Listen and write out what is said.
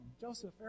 Joseph